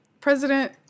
President